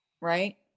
Right